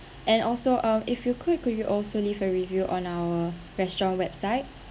and also um if you could you could you also leave a review on our restaurant website